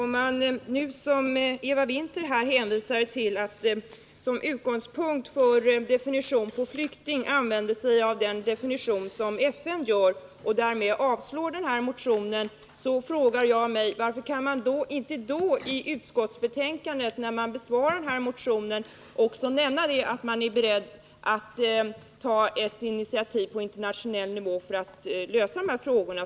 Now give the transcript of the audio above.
Herr talman! Som utgångspunkt för definitionen på flykting använder Eva Winther sig av FN:s definition och avstyrker därmed den här motionen. Då undrar jag: Varför kan man inte då i utskottsbetänkandet, när man behandlar den här motionen, också nämna att man är beredd att ta ett initiativ på internationell nivå för att lösa de här frågorna?